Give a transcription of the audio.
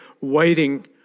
waiting